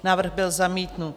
Návrh byl zamítnut.